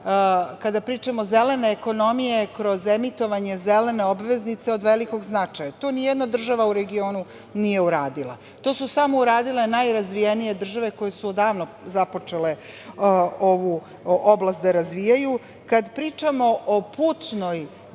kada pričamo o zelenoj ekonomiji, kroz emitovanje zelene obveznice, od velikog značaja. To nijedna država u regionu nije uradila. To su samo uradile najrazvijenije države koje su odavno započele ovu oblast da razvijaju. Kad pričamo o putnoj,